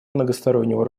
многостороннего